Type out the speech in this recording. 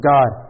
God